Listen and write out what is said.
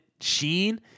Sheen